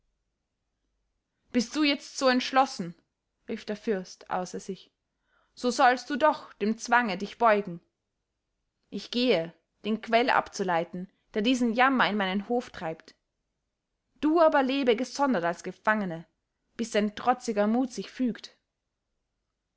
bist du jetzt so entschlossen rief der fürst außer sich so sollst du doch dem zwange dich beugen ich gehe den quell abzuleiten der diesen jammer in meinen hof treibt du aber lebe gesondert als gefangene bis dein trotziger mut sich fügt